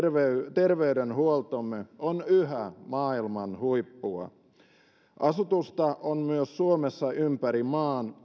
terveydenhuoltomme on yhä maailman huippua asutusta on myös suomessa ympäri maan